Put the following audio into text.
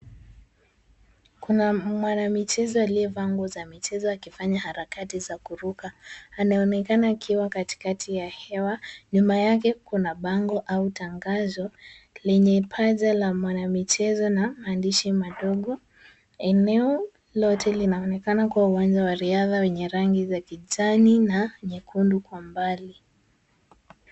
Kuna mwanamichezo aliyevaa nguo za michezo akifanya harakati za kuruka. Anaonekana akiwa katikati ya hewa. Nyuma yake kuna bango au tangazo lenye paja la mwanamichezo na maandishi madogo. Eneo lote linaonekana kuwa uwanja wa riadha wenye rangi za kijani na nyekundu kwa mbali.